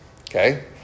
Okay